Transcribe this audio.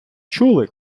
чули